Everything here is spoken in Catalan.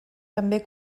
també